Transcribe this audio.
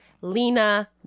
Lena